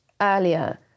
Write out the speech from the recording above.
earlier